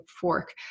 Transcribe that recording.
fork